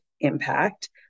impact